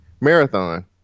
marathon